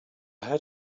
had